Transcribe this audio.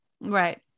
Right